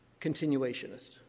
continuationist